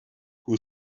who